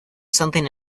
something